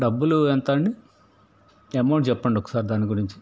డబ్బులు ఎంత అండి ఎమౌంట్ చెప్పండి ఒకసారి దాని గురించి